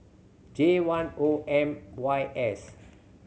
J one O M Y S